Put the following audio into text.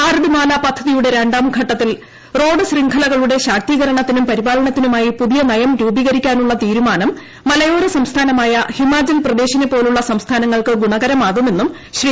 ഭാരത്മാല പദ്ധതിയുടെ രണ്ടാം ഘട്ടത്തിൽ റോഡ് ശൃംഖലകളുടെ ശാക്തീകരണത്തിനും പരിപാലനത്തിനുമായി പുതിയ നയം രൂപീകരിക്കാനുള്ള തീരുമാനം മലയോര സംസ്ഥാനമായ ഹിമാചൽപ്രദേശിനെപ്പോലുള്ള സംസ്ഥാനങ്ങൾക്ക് ഗുണകരമാകുമെന്നും ശ്രീ